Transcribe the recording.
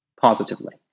Positively